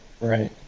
Right